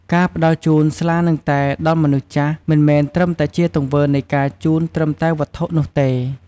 ការផ្តល់ជូនស្លា និងតែ ដល់មនុស្សចាស់ មិនមែនត្រឹមតែជាទង្វើនៃការជូនត្រឹមតែវត្ថុនោះទេ។